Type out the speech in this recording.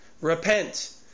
Repent